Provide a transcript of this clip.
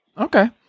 Okay